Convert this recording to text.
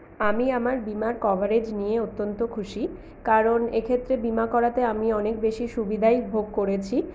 আমি আমার বিমার কভারেজ নিয়ে অত্যন্ত খুশি কারণ এক্ষেত্রে বিমা করাতে আমি অনেক বেশি সুবিধাই ভোগ করেছি